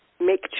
make